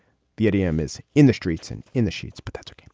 the idiom is in the streets and in the sheets. pathetic.